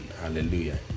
Hallelujah